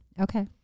Okay